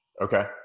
Okay